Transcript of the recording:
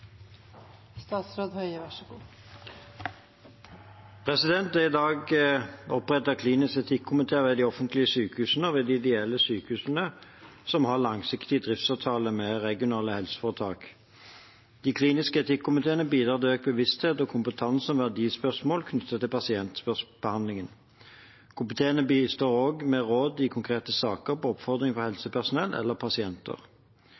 i dag opprettet kliniske etikkomiteer i de offentlige sykehusene og i de ideelle sykehusene som har en langsiktig driftsavtale med regionale helseforetak. De kliniske etikkomiteene bidrar til økt bevissthet og kompetanse om verdispørsmål knyttet til pasientbehandlingen. Komiteene bistår også med råd i konkrete saker på oppfordring fra